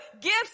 gifts